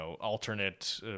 alternate